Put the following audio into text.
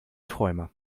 träumer